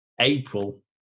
April